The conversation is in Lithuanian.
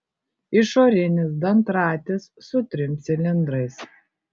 išorinis dantratis su trim cilindrais